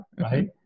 right